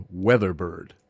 Weatherbird